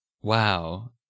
wow